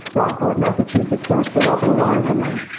rockport, massachusetts sort of set off an alarm for me.